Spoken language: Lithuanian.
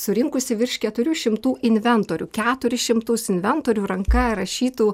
surinkusi virš keturių šimtų inventorių keturis šimtus inventorių ranka rašytų